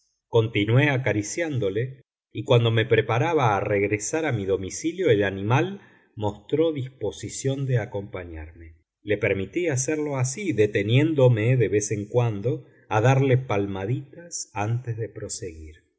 continué acariciándole y cuando me preparaba a regresar a mi domicilio el animal mostró disposición de acompañarme le permití hacerlo así deteniéndome de vez en cuando a darle palmaditas antes de proseguir